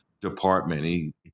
department